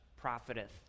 profiteth